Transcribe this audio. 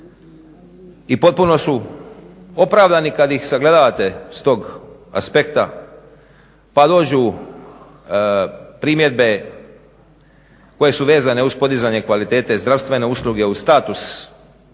i potpuno su opravdani kad ih sagledavate s tog aspekta pa dođu primjedbe koje su vezane uz podizanje kvalitete zdravstvene usluge uz status